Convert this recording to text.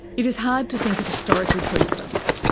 it is hard to think of historical precedents.